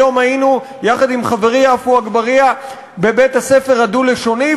היום היינו יחד עם חברי עפו אגבאריה בבית-הספר הדו-לשוני,